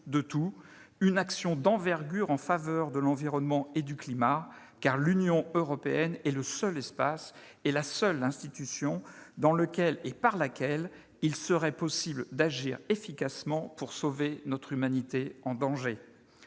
de tout, une action d'envergure en faveur de l'environnement et du climat : l'Union européenne est le seul espace et la seule institution dans lequel et par laquelle il serait possible d'agir efficacement pour sauver notre humanité en danger.